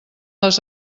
les